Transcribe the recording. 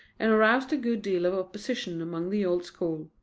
and aroused a good deal of opposition among the old school.